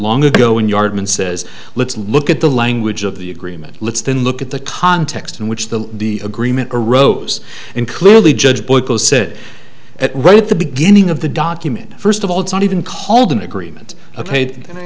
long ago in yardman says let's look at the language of the agreement let's then look at the context in which the the agreement arose and clearly judge boyko said at right at the beginning of the document first of all it's not even called an agreement a paid